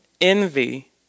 envy